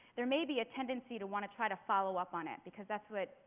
there may be a tendency to want to try to follow up on it, because that's what,